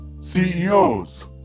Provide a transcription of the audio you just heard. CEOs